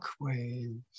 shockwaves